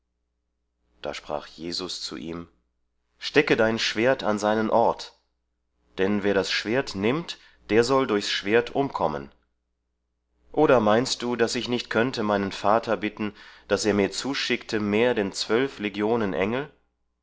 da sprach jesus zu ihm stecke dein schwert an seinen ort denn wer das schwert nimmt der soll durchs schwert umkommen oder meinst du daß ich nicht könnte meinen vater bitten daß er mir zuschickte mehr denn zwölf legionen engel